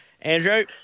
Andrew